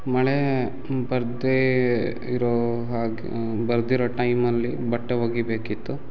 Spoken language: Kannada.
ಮಳೆ ಬರ್ದೇ ಇರೋ ಹಾಗೆ ಬರ್ದಿರೊ ಟೈಮಲ್ಲಿ ಬಟ್ಟೆ ಒಗಿಬೇಕಿತ್ತು